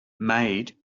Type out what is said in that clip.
made